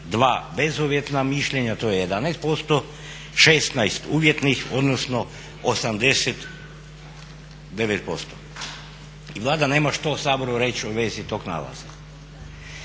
2 bezuvjetna mišljenja to je 11%, 16 uvjetnih odnosno 89%. I Vlada nema što Saboru reći u vezi tog nalaza.